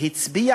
הצביע,